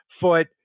foot